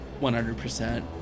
100%